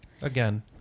Again